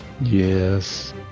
Yes